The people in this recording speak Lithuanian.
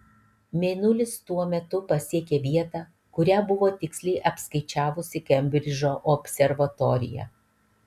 mėnulis tuo metu pasiekė vietą kurią buvo tiksliai apskaičiavusi kembridžo observatorija